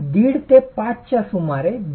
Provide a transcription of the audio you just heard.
5 ते 5 च्या सुमारे 1